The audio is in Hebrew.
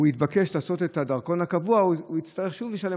הוא יתבקש לעשות את הדרכון הקבוע והוא יצטרך שוב לשלם,